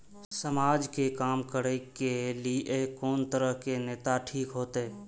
समाज के काम करें के ली ये कोन तरह के नेता ठीक होते?